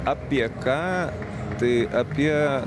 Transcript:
apie ką tai apie